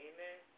Amen